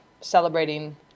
Celebrating